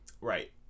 Right